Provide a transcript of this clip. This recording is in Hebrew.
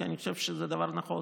כי אני חושב שזה דבר נכון.